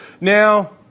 now